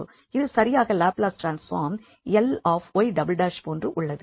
இது சரியாக Laplace transform 𝐿𝑦′′ போன்று உள்ளது